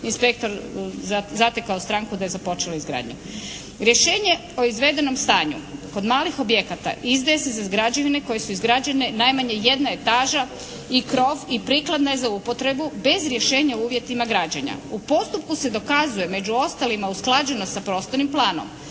inspektor zatekao stranku da je započela izgradnja. Rješenje o izvedenom stanju kod malih objekata izdaje se za građevine koje su izgrađene najmanje jedna etaža i kroz i prikladna je za upotrebu bez rješenja o uvjetima građenja. U postupku se dokazuje među ostalima usklađenost sa prostornim planom